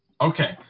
okay